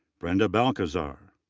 brenda balcazer.